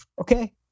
Okay